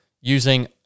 using